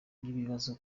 by’ibibazo